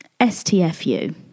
STFU